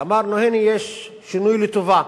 ואמרנו, הנה, יש שינוי לטובה.